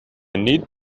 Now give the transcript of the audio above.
need